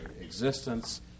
existence